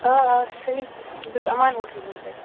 آ آ صحیح بہٕ چھُس اَمان ہوٹل پٮ۪ٹھ